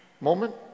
moment